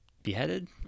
Beheaded